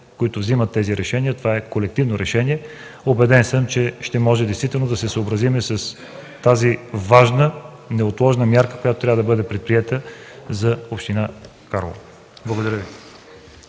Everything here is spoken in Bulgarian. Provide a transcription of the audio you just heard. колегите взимат тези решения, защото това е колективно решение. Убеден съм, че ще можем действително да се съобразим с тази важна и неотложна мярка, която трябва да бъде предприета за община Карлово. Благодаря Ви.